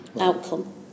outcome